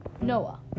Noah